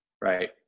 right